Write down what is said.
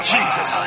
Jesus